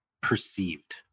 perceived